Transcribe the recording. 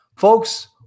Folks